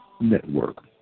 Network